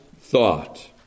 thought